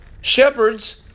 shepherds